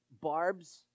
barbs